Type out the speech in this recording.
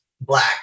black